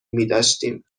میداشتیم